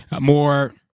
more